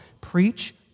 Preach